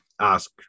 ask